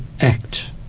act